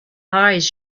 eyes